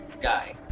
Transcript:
Guy